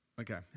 okay